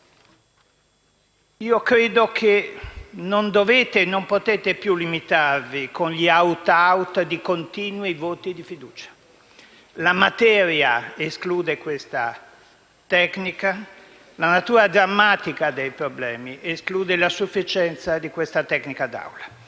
Credo che non dobbiate e non possiate più limitarvi con gli *aut aut* di continui voti di fiducia. La materia esclude questa tecnica. La natura drammatica dei problemi esclude la sufficienza di questa tecnica d'Aula.